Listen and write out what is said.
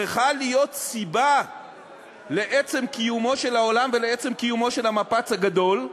צריכה להיות סיבה לעצם קיומו של העולם ולעצם קיומו של המפץ הגדול.